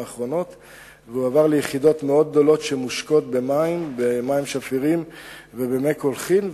והועבר ליחידות גדולות מאוד שמושקות במים שפירים ובמי קולחין,